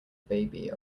baby